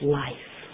life